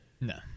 no